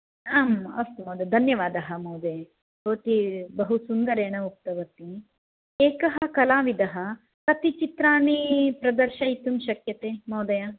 आम् अस्तु महोदय धन्यवादः महोदये भवती बहु सुन्दरेण उक्तवती एकः कलाविदः कति चित्राणि प्रदर्शयितुं शक्यते महोदय